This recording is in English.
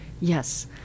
yes